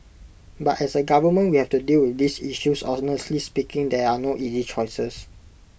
but as A government we have to deal with this issue honestly speaking there are no easy choices